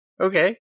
Okay